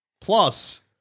plus